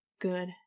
Good